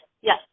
Yes